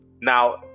Now